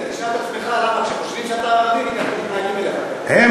תשאל את עצמך למה כשחושבים שאתה ערבי מתנהגים אליך ככה.